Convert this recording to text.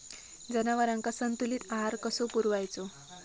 जनावरांका संतुलित आहार कसो पुरवायचो?